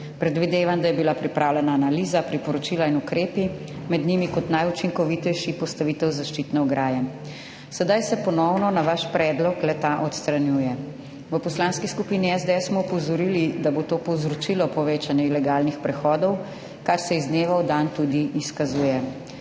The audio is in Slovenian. Predvidevam, da so bili pripravljeni analiza, priporočila in ukrepi, med njimi kot najučinkovitejši postavitev zaščitne ograje, sedaj se ponovno, na vaš predlog, le-ta odstranjuje. V Poslanski skupini SDS smo opozorili, da bo to povzročilo povečanje ilegalnih prehodov, kar se iz dneva v dan tudi izkazuje.